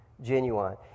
genuine